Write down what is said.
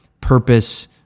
purpose